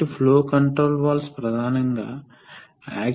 కాబట్టి relief valve యొక్క అమరిక పైలట్ ప్రెషర్ పై ఆధారపడి ఉంటుంది